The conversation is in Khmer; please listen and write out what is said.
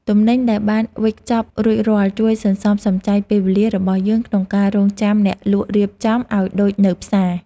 ទំនិញដែលបានវេចខ្ចប់រួចរាល់ជួយសន្សំសំចៃពេលវេលារបស់យើងក្នុងការរង់ចាំអ្នកលក់រៀបចំឱ្យដូចនៅផ្សារ។